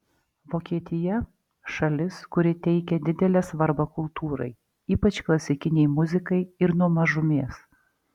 vokietija šalis kuri teikia didelę svarbą kultūrai ypač klasikinei muzikai ir nuo mažumės